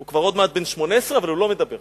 הוא עוד מעט בן 18, אבל הוא לא מדבר.